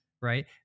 right